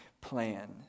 plan